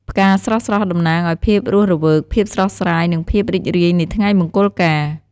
ផ្កាស្រស់ៗតំណាងឱ្យភាពរស់រវើក ភាពស្រស់ស្រាយ និងភាពរីករាយនៃថ្ងៃមង្គលការ។